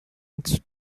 its